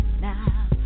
now